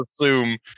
assume